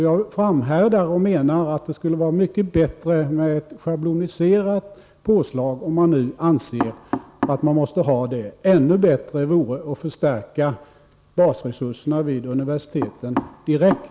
Jag framhärdar i min uppfattning att det skulle vara mycket bättre med ett schabloniserat påslag, om man nu anser att det är nödvändigt med ett sådant. Ännu bättre vore att förstärka basresurserna vid universiteten direkt.